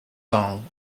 song